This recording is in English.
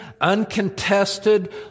uncontested